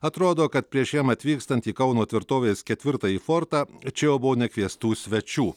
atrodo kad prieš jam atvykstant į kauno tvirtovės ketvirtąjį fortą čia jau buvo nekviestų svečių